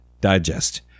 Digest